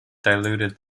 diluted